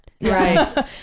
Right